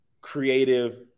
creative